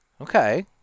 Okay